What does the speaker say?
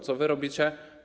Co wy robicie?